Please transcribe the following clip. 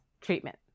treatment